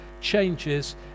changes